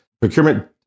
procurement